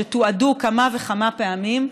שתועדו כמה וכמה פעמים.